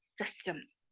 systems